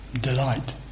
delight